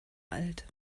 alt